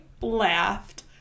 laughed